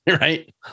right